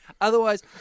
Otherwise